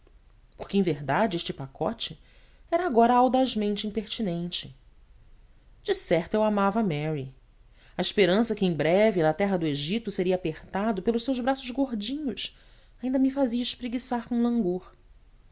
porque em verdade este pacote era agora audazmente impertinente decerto eu amava a mary a esperança que em breve na terra do egito seria apertado pelos seus braços gordinhos ainda me fazia espreguiçar com langor